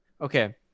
Okay